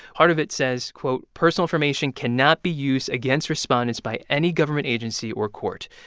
part of it says, quote, personal information cannot be used against respondents by any government agency or court.